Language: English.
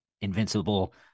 Invincible